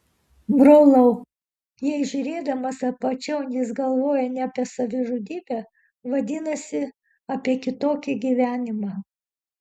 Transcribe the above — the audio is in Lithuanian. brolau jei žiūrėdamas apačion jis galvojo ne apie savižudybę vadinasi apie kitokį gyvenimą